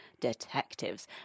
detectives